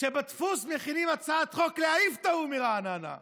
כשבדפוס מכינים הצעת חוק להעיף את ההוא מרעננה.